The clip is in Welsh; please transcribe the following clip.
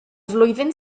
flwyddyn